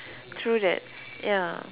true that ya